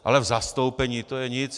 Ale v zastoupení, to je nic.